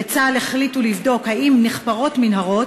בצה"ל החליטו לבדוק אם נחפרות מנהרות